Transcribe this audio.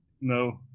No